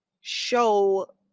show